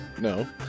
No